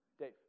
Dave